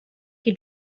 che